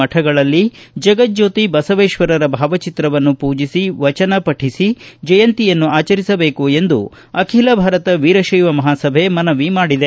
ಮಠಗಳಲ್ಲಿ ಜಗಜ್ಣೋತಿ ಬಸವೇಶ್ವರರ ಭಾವಚಿತ್ರವನ್ನು ಪೂಜಿಸಿ ವಚನ ಪಠಿಸಿ ಜಯಂತಿಯನ್ನು ಆಚರಿಸಬೇಕು ಎಂದು ಅಖಿಲ ಭಾರತ ವೀರಶೈವ ಮಹಾಸಭೆ ಮನವಿ ಮಾಡಿದೆ